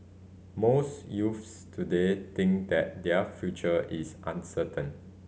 most youths today think that their future is uncertain